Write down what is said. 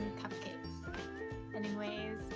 cupcakes anyways